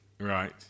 Right